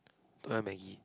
tom-yum maggie